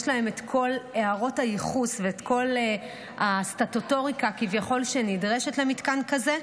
יש להם את כל הערות הייחוס ואת כל הסטטוטוריקה כביכול שנדרשת למתקן כזה.